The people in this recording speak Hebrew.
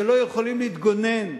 שלא יכולים להתגונן,